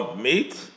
meat